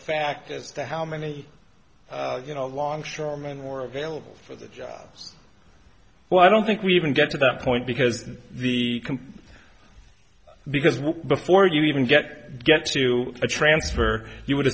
fact as to how many you know longshoreman or available for the jobs well i don't think we even get to that point because the because before you even get get to a transfer you would